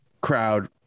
crowd